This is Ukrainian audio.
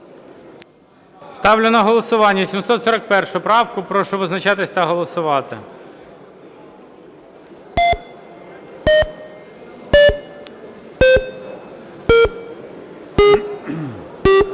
Ставлю на голосування правку 3050. Прошу визначатись та голосувати.